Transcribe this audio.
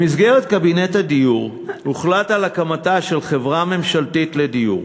במסגרת קבינט הדיור הוחלט על הקמתה של חברה ממשלתית לדיור.